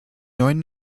neuen